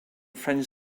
french